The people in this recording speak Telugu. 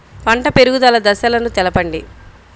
పంట పెరుగుదల దశలను తెలపండి?